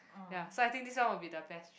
ya so I think this one will be the best